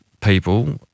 people